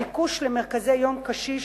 הביקוש למרכזי יום לקשיש,